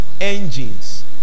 engines